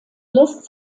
lässt